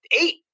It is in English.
eight